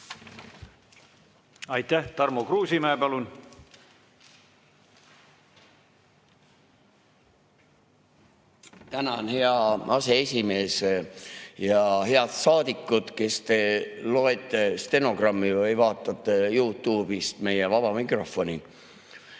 Aitäh! Tarmo Kruusimäe, palun! Tänan, hea aseesimees! Ja head saadikud, kes te loete stenogrammi või vaatate YouTube'ist meie vaba mikrofoni!